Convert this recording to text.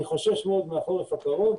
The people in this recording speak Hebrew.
אני חושש מאוד מהחורף הקרוב.